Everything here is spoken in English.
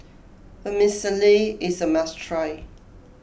Vermicelli is a must try